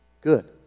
Good